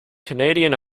canadian